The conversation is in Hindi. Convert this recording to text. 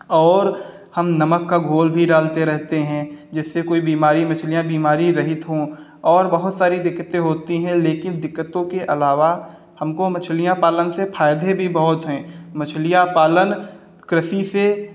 और हम नमक का घोल भी डालते रहते हैं जिससे कोई बीमारी मछलियाँ बीमारी रहित हों और बहुत सारी दिक्कतें होती हैं लेकिन दिक्कतों के अलावा हमको मछलियाँ पालन से फ़ायदे भी बहुत हैं मछलियाँ पालन कृषि से